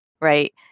right